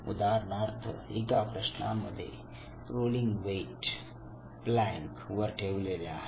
उदाहरणार्थ एका प्रश्नांमध्ये रोलिंग वेट प्लॅंक वर ठेवलेले आहे